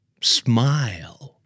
Smile